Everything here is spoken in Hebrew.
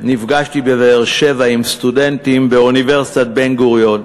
בבאר-שבע עם סטודנטים באוניברסיטת בן-גוריון,